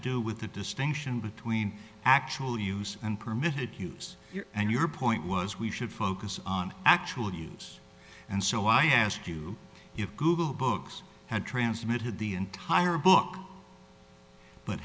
do with the distinction between actual use and permitted use and your point was we should focus on actual use and so i asked you if google books had transmitted the entire book but